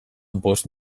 bost